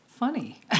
funny